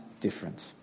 different